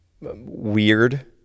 weird